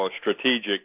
strategic